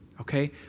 okay